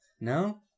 No